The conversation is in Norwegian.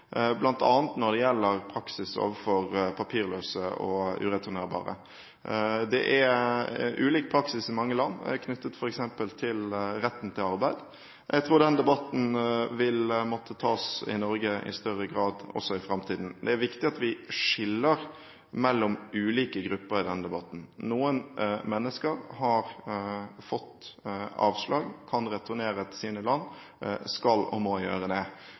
når det gjelder praksis overfor papirløse og ureturnerbare. Det er ulik praksis i mange land, knyttet f.eks. til retten til arbeid. Jeg tror den debatten vil måtte tas i Norge i større grad også i framtiden. Det er viktig at vi skiller mellom ulike grupper i denne debatten. Noen mennesker har fått avslag, de kan returnere til sine land, og de skal og må gjøre det.